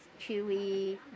Chewy